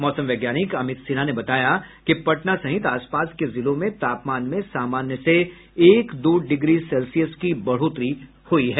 मौसम वैज्ञानिक अमित सिन्हा ने बताया कि पटना सहित आसपास के जिलों में तापमान में सामान्य से एक से दो डिग्री सेल्सियस की बढ़ोतरी हुई है